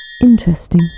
Interesting